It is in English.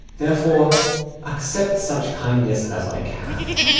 therefore accept such kindness as i can.